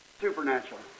supernatural